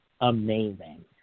amazing